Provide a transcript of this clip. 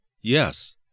Yes